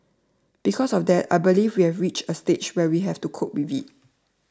because of that I believe we have reached a stage where we have to cope with it